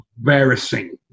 embarrassing